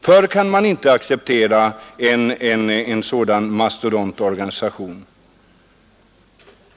Förr kan jag inte acceptera en sådan mastodontorganisation.